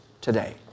today